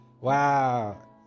Wow